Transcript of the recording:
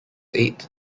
eight